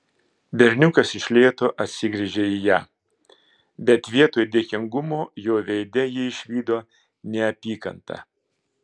berniukas iš lėto atsigręžė į ją bet vietoj dėkingumo jo veide ji išvydo neapykantą